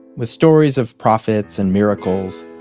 with stories of prophets and miracles.